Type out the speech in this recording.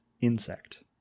insect